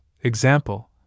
example